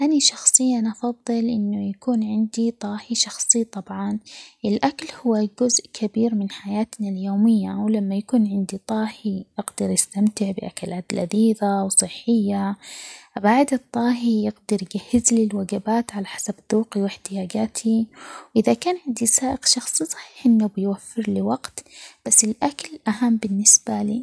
أني شخصيًا أفضل أنه يكون عندي طاهي شخصي طبعًا، الأكل هو جزء كبير من حياتنا اليومية، ولما يكون عندي طاهي أقدر استمتع بأكلات لذيذة، وصحية، أبعد الطاهي يقدر يجهز لي الوجبات على حسب ذوقي ،واحتياجاتي، إذا كان عندي سائق شخصي صحيح إنه بيوفر لي وقت بس الاكل أهم بالنسبة لي.